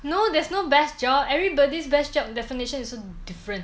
no there's no best job everybody's best job definition is so different